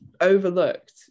overlooked